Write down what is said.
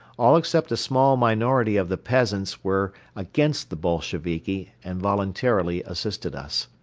all except a small minority of the peasants were against the bolsheviki and voluntarily assisted us.